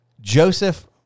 Joseph